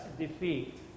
defeat